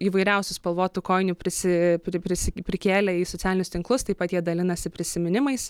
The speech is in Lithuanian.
įvairiausių spalvotų kojinių prisi prisi prikėlę į socialinius tinklus taip pat jie dalinasi prisiminimais